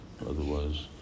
Otherwise